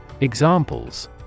Examples